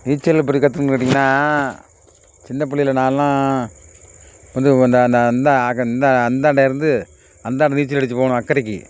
நீச்சல் எப்படி கத்துக்கணுனு கேட்டீங்கன்னா சின்னப்பிள்ளையில் நான்லாம் இப்போ வந்து அந்த அந்த அந்த அந்த அந்தாண்ட இருந்து அந்தாண்ட நீச்சல் அடித்து போகணும் அக்கரைக்கு